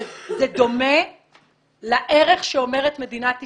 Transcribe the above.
זה דומה לערך שאומרת מדינת ישראל,